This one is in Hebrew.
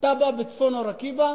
תב"ע בצפון אור-עקיבא,